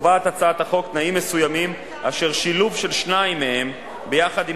קובעת הצעת החוק תנאים מסוימים אשר שילוב של שניים מהם ביחד עם